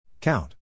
Count